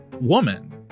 woman